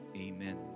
Amen